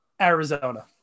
Arizona